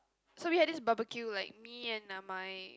so we had this barbecue like me and uh my